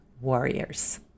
warriors